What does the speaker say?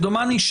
דומני,